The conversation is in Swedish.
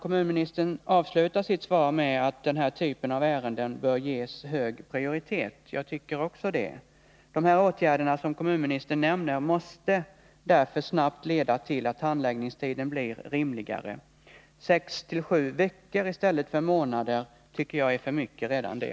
Kommunministern avslutar sitt svar med att säga att den här typen av ärenden bör ges hög prioritet. Också jag tycker det. De åtgärder som kommunministern nämner måste därför snabbt leda till att handläggningstiderna blir rimligare. Sex till sju veckor i stället för lika många månader tycker jag är för mycket redan det.